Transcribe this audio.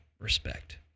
respect